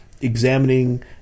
examining